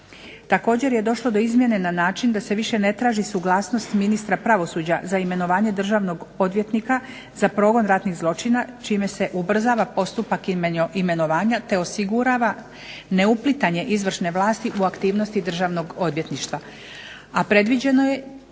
Također je došlo do izmjene na način da se više ne traži suglasnost ministra pravosuđa za imenovanje državnog odvjetnika za progon ratnih zločina čime se ubrzava postupak imenovanje te osigurava neuplitanje izvršne vlasti u aktivnosti Državnog odvjetništva.